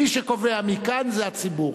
מי שקובע מי כאן זה הציבור.